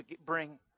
bring